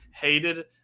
hated